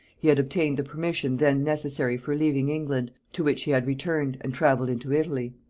he had obtained the permission then necessary for leaving england, to which he had returned, and travelled into italy.